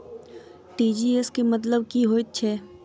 TGS केँ मतलब की हएत छै?